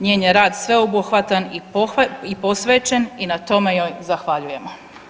Njen je rad sveobuhvatan i posvećen i na tome joj zahvaljujemo.